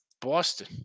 Boston